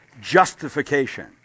justification